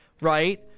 right